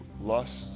lust